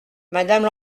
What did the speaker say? madame